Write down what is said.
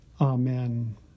Amen